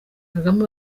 kagame